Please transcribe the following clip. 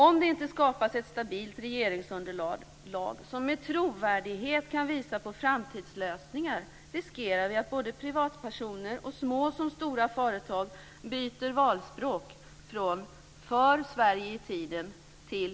Om det inte skapas ett stabilt regeringsunderlag, som med trovärdighet kan visa på framtidslösningar, riskerar vi att både privatpersoner och små som stora företag byter valspråk, från "För Sverige i tiden" till